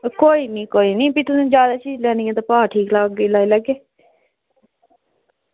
आं खोई नी कोई नी ते अगर तुसें चीज़ ठीक लानी ते भाऽ ठीक लाई ओड़गे